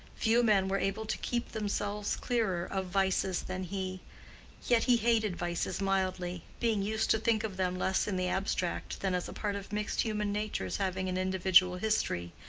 few men were able to keep themselves clearer of vices than he yet he hated vices mildly, being used to think of them less in the abstract than as a part of mixed human natures having an individual history,